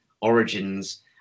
origins